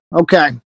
Okay